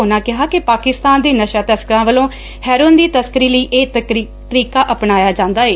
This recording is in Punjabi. ਉਨਾਂ ਕਿਹਾ ਕਿ ਪਾਕਿਸਤਾਨ ਦੇ ਨਸ਼ਾ ਤਸਕਰਾਂ ਵੱਲੋ ਹੈਰੋਇਨ ਦੀ ਤਸਕਰੀ ਲਈ ਇਹ ਤਰੀਕਾ ਅਪਣਾਇਆ ਜਾਂਦੈ